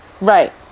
Right